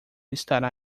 estará